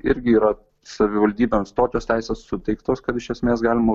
irgi yra savivaldybėms tokios teisės suteiktos kad iš esmės galima